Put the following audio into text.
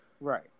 Right